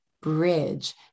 bridge